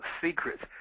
secrets